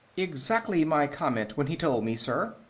exactly my comment when he told me, sir.